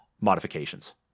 modifications